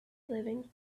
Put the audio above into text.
living